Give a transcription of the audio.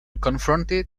confronted